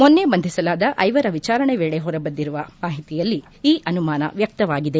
ಮೊನ್ನೆ ಬಂಧಿಸಲಾದ ಐವರ ವಿಚಾರಣೆ ವೇಳೆ ಹೊರಬಿದ್ದಿರುವ ಮಾಹಿತಿಯ ಹಿನ್ನೆಲೆಯಲ್ಲಿ ಈ ಅನುಮಾನ ವ್ಯಕ್ತವಾಗಿದೆ